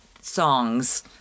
songs